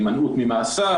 הימנעות ממאסר,